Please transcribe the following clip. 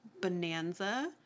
Bonanza